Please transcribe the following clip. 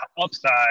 upside